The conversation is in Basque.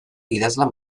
idazlan